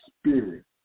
spirit